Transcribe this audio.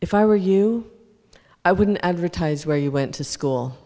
if i were you i wouldn't advertise where you went to school